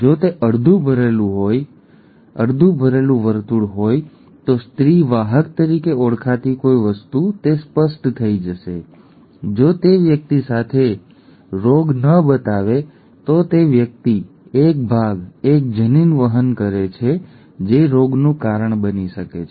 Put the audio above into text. જો તે અડધું ભરેલું વર્તુળ હોય તો સ્ત્રી વાહક તરીકે ઓળખાતી કોઈ વસ્તુ તે સ્પષ્ટ થઈ જશે જો તે વ્યક્તિ સાથે રોગ ન બતાવે તો તે વ્યક્તિ એક ભાગ એક જનીન વહન કરે છે જે રોગનું કારણ બની શકે છે